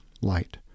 light